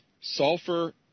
Sulfur